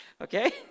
Okay